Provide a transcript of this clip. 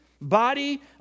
body